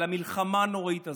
על המלחמה הנוראית הזאת.